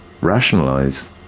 rationalize